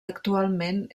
actualment